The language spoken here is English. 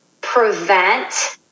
prevent